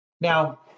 Now